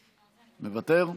מוותר.